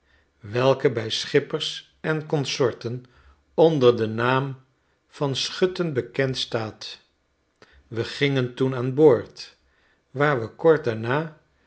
welke bij schippers en consorten onder den naam van schutten bekend staat we gingen toen aan boord waar we kort daarna